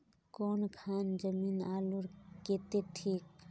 कौन खान जमीन आलूर केते ठिक?